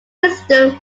system